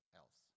else